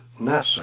NASA